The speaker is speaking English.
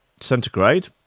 centigrade